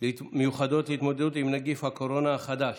מיוחדות להתמודדות עם נגיף הקורונה החדש,